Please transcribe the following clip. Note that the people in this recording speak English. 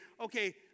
okay